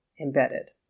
embedded